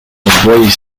abolish